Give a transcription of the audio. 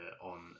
on